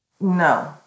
No